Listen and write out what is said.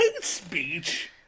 speech